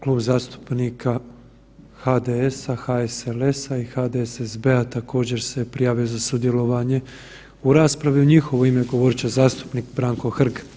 Klub zastupnika HDS-a, HSLS-a i HDSSB-a također se prijavio za sudjelovanje u raspravi, u njihovo ime govorit će zastupnik Branko Hrg.